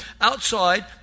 outside